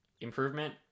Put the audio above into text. improvement